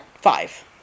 Five